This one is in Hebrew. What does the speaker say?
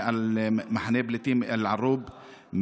ממחנה הפליטים אל-ערוב,